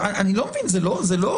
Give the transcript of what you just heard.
אני יוצא